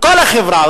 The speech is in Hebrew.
כל החברה,